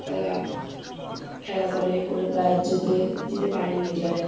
তারা খেলা করে করে প্রাইজ জেতে জিতে বাড়ি নিয়ে যায়